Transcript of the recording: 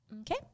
Okay